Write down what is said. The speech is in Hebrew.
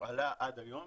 עלה עד היום